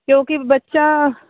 ਕਿਉਂਕਿ ਬੱਚਾ